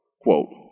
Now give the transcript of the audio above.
quote